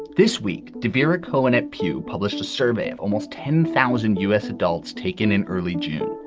this week, david cohen at pew published a survey of almost ten thousand u s. adults taken in early june.